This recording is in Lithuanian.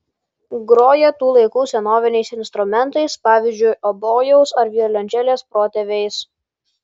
groja tų laikų senoviniais instrumentais pavyzdžiui obojaus ar violončelės protėviais